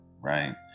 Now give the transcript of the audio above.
right